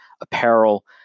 apparel